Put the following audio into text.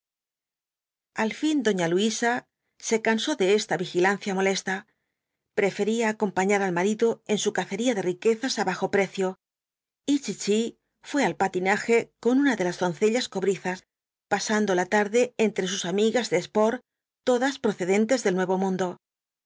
al fin doña luisa se cansó de esta vigilancia molesta prefería acompañar al marido en su cacería de riquezas á bajo precio y chichi fué al patinaje con una de las doncellas cobrizas pasando la tarde entre sus amigas de sport todas procedentes del nuevo mundo